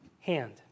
hand